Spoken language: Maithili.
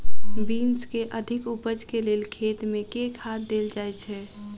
बीन्स केँ अधिक उपज केँ लेल खेत मे केँ खाद देल जाए छैय?